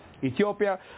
Ethiopia